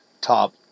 top